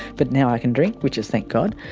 but now i can drink which is, thank god.